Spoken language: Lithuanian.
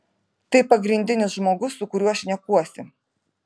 tai pagrindinis žmogus su kuriuo šnekuosi